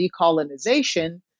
decolonization